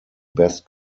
best